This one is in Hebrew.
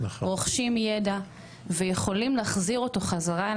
רוכשים ידע ויכולים להחזיר אותו חזרה אל